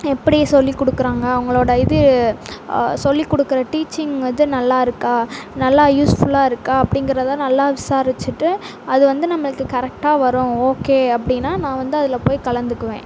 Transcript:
எப்படி சொல்லி கொடுக்கறாங்க அவங்களோட இது சொல்லி கொடுக்கற டீச்சிங் இது நல்லாயிருக்கா நல்லா யூஸ்ஃபுல்லாக இருக்கா அப்படிங்கிறத நல்லா விசாரிச்சுட்டு அது வந்து நம்மளுக்கு கரெக்டாக வரும் ஓகே அப்படின்னா நான் வந்து அதில் போய் கலந்துக்குவேன்